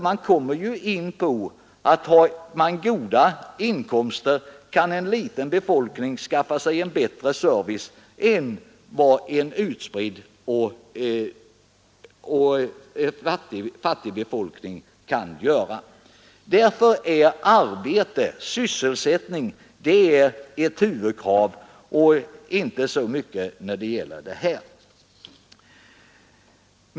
En liten befolkning med goda inkomster kan ju skaffa sig en bättre service än vad en utspridd och fattig befolkning kan göra. Därför är sysselsättningen ett huvudkrav i högre grad än decentraliseringen.